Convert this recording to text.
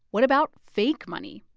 what about fake money?